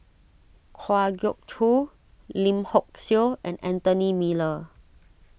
Kwa Geok Choo Lim Hock Siew and Anthony Miller